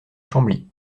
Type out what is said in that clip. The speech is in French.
chambly